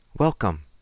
Welcome